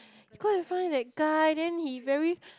go in front with that guy then he very